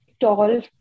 tall